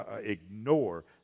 ignore